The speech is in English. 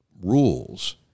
rules